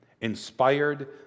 inspired